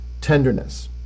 tenderness